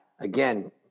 again